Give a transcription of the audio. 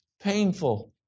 Painful